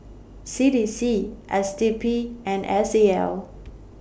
C D C S D P and S A L